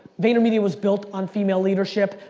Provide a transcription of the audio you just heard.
vaynermedia was built on female leadership.